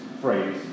phrase